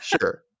Sure